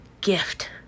gift